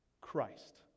Christ